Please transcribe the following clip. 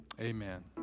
Amen